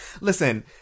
Listen